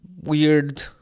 weird